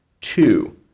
Two